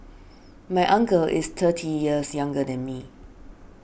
my uncle is thirty years younger than me